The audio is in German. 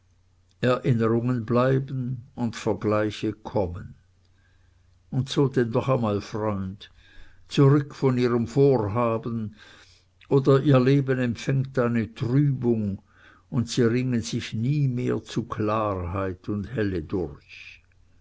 erinnerungen bleiben und vergleiche kommen und so denn noch einmal freund zurück von ihrem vorhaben oder ihr leben empfängt eine trübung und sie ringen sich nie mehr zu klarheit und helle durch